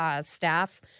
staff